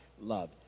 love